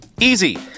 Easy